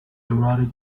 erotic